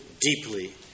deeply